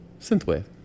Synthwave